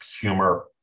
humor